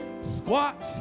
squat